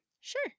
Sure